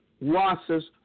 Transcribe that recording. losses